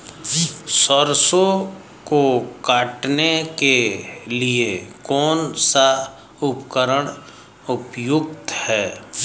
सरसों को काटने के लिये कौन सा उपकरण उपयुक्त है?